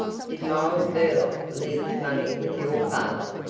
did miles burlock leave his money with your father?